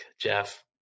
Jeff